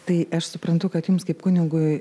tai aš suprantu kad jums kaip kunigui